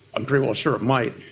i'm pretty well sure it might,